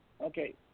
Okay